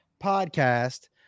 podcast